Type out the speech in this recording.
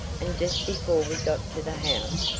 and just before we got to the house,